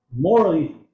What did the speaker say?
morally